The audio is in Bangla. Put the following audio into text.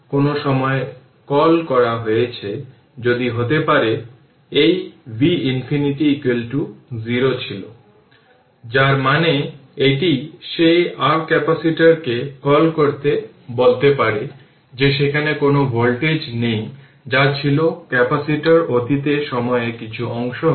সুতরাং এটি সাধারণ সার্কিট এটি একটি ইন্ডাক্টর এবং এটি রেজিস্টর এবং এটি কারেন্ট i এবং সময় উল্লেখ করুন 0705 এটি এখানে কারেন্ট নেওয়া হয়েছে এটি এখানেও এটি